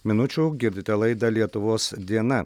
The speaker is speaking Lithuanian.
minučių girdite laidą lietuvos diena